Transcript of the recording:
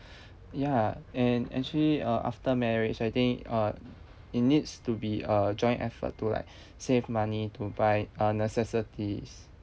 ya and actually uh after marriage I think uh it needs to be a joint effort to like save money to buy uh necessities